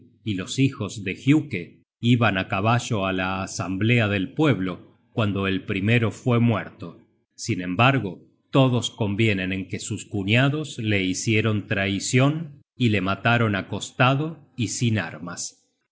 y los hijos de giuke iban á caballo á la asamblea del pueblo cuando el primero fue muerto sin embargo todos convienen en que sus cuñados le hicieron traicion y le mataron acostado y sin armas